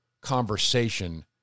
conversation